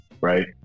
Right